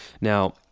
now